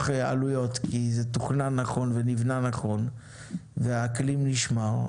עלויות כי זה תוכנן נכון ונבנה נכון והאקלים נשמר,